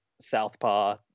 Southpaw